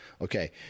okay